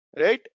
Right